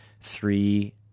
three